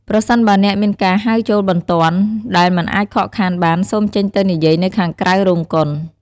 ប្រសិនបើអ្នកមានការហៅចូលបន្ទាន់ដែលមិនអាចខកខានបាន សូមចេញទៅនិយាយនៅខាងក្រៅរោងកុន។